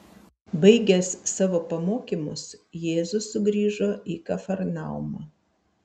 baigęs savo pamokymus jėzus sugrįžo į kafarnaumą